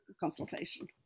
consultation